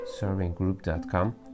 servinggroup.com